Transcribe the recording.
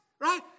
right